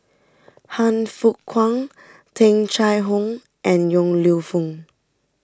Han Fook Kwang Tung Chye Hong and Yong Lew Foong